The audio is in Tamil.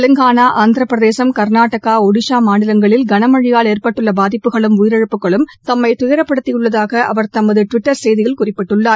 தெலங்காளா ஆந்திரபிரதேசம் கர்நாடகா ஒடிஸா மாநிலங்களில் கனமழயால் ஏற்பட்டுள்ள பாதிப்புகளும் உயிரிழப்புகளும் தம்மை துபரப்படுத்தியுள்ளதாக அவர் தமது டுவிட்டர் செய்தியில் குறிப்பிட்டுள்ளார்